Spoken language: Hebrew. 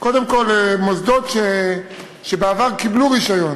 קודם כול, מוסדות שבעבר קיבלו רישיון